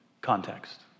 context